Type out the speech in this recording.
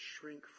shrink